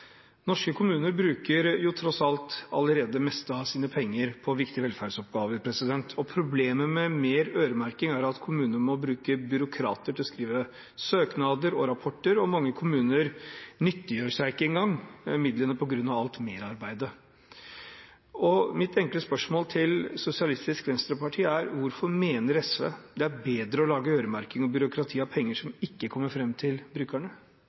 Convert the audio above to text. Norske kommuner bruker jo tross alt allerede det meste av sine penger på viktige velferdsoppgaver. Problemet med mer øremerking er at kommunene må bruke byråkrater til å skrive søknader og rapporter, og mange kommuner nyttiggjør seg ikke engang midlene på grunn av alt merarbeidet. Mitt enkle spørsmål til Sosialistisk Venstreparti er: Hvorfor mener SV det er bedre å lage øremerking og byråkrati av pengene, som ikke kommer fram til brukerne?